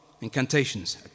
incantations